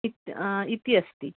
इत् इति अस्ति